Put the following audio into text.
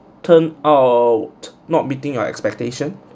turn out not meeting your expectation